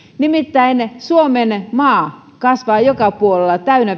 nimittäin suomenmaa kasvaa joka puolella täynnä